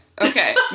Okay